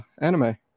anime